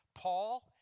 Paul